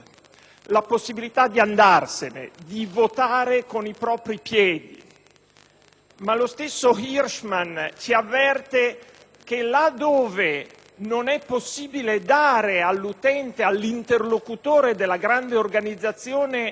la possibilità di andarsene con i propri piedi. Ma lo stesso Hirschman ci avverte che, laddove non è possibile dare all'utente e all'interlocutore della grande organizzazione